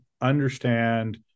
understand